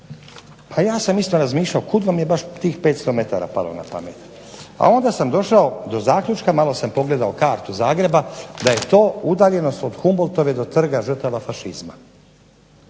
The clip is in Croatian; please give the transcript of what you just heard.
pa ja sam isto razmišljao kuda vam je baš tih 500 metara palo napamet. Onda sam došao do zaključka malo sam pogledao kartu Zagreba, da je to udaljenost od Humboltove do Trga Žrtava Fašizma,